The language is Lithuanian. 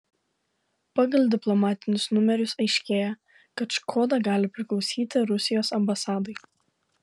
pagal diplomatinius numerius aiškėja kad škoda gali priklausyti rusijos ambasadai